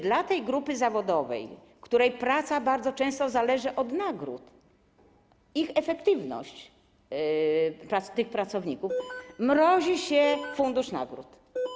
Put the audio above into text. Dla tej grupy zawodowej, której praca bardzo często zależy od nagród, efektywność tych pracowników, mrozi się fundusz nagród.